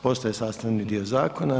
Postaje sastavni dio zakona.